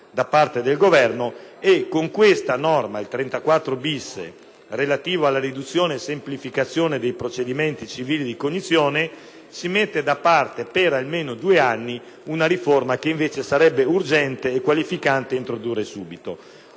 da parte del Governo. Con l’articolo 34-bis, relativo alla riduzione e semplificazione dei procedimenti civili di cognizione, si mette da parte per almeno due anni una riforma che invece sarebbe urgente e qualificante introdurre subito.